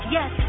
Yes